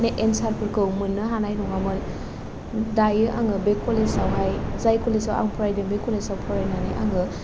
एन्सारफोरखौ मोननो हानाय नङामोन दायो आङो बे कलेजावहाय जाय कलेजाव आं फरायदों बे कलेजाव फरायनानै आङो